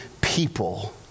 people